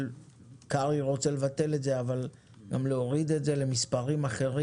קרעי רוצה לבטל את זה אבל גם להוריד את זה למספרים אחרים